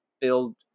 build